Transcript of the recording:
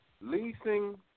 leasing